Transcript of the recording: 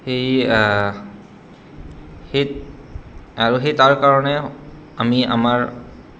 সেই সেই আৰু সেই তাৰ কাৰণে আমি আমাৰ